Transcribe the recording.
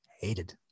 hated